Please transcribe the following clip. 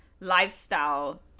lifestyle